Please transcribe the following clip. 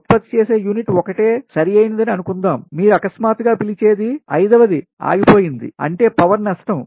ఉత్పత్తి చేసే యూనిట్ ఒకటి సరైనదని అనుకుందాం మీరు అకస్మాత్తుగా పిలిచేది 5 వది ఆగిపోయింది అంటే పవర్ నష్టం